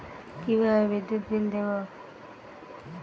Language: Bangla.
কিভাবে বিদ্যুৎ বিল দেবো?